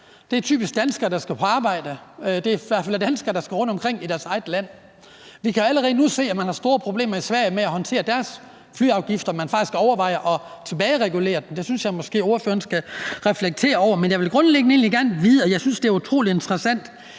Det er typisk danskere, der skal på arbejde. Det er i hvert fald danskere, der skal rundt i deres eget land. Vi kan jo allerede nu se, at man har store problemer i Sverige med at håndtere deres flyafgift, og at man faktisk overvejer at tilbageregulere den. Det synes jeg måske ordføreren skal reflektere over. Men jeg vil grundlæggende egentlig gerne vide, og jeg synes, det er utrolig interessant,